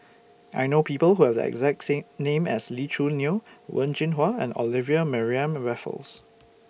I know People Who Have The exact same name as Lee Choo Neo Wen Jinhua and Olivia Mariamne Raffles